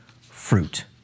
fruit